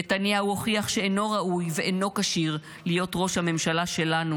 נתניהו הוכיח שאינו ראוי ואינו כשיר להיות ראש הממשלה שלנו,